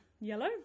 yellow